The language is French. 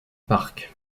park